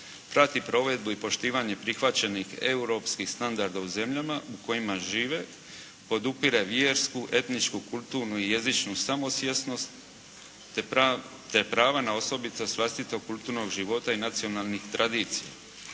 prati provedbu i poštivanje prihvaćenih europskih standarda u zemljama u kojima žive, podupire vjersku, etničku, kulturnu i jezičnu samosvjesnost, te prava na osobitost vlastitog kulturnog života i nacionalnih tradicija.